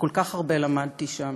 וכל כך הרבה למדתי שם: